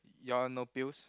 your one no pills